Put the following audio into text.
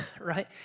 right